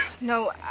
No